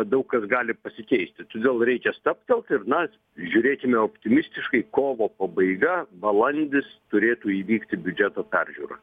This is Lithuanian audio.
daug kas gali pasikeisti todėl reikia stabtelt ir na žiūrėkime optimistiškai kovo pabaiga balandis turėtų įvykti biudžeto peržiūra